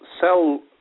sell